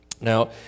Now